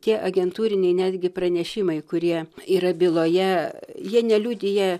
tie agentūriniai netgi pranešimai kurie yra byloje jie neliudija